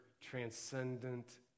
transcendent